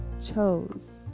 chose